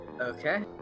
Okay